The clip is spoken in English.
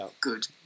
good